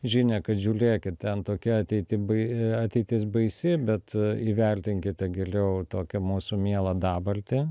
žinią kad žiūlėkit ten tokia ateiti bai ateitis baisi bet įvertinkite geliau tokią mūsų mielą dabartį